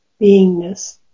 beingness